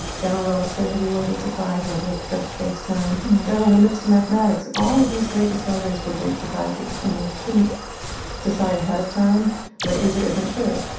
general relativity was a surprise. the idea of curved spacetime right there are limits to mathematics. all of these great discoveries were great surprises, and we shouldn't decide ahead of time what is or isn't true.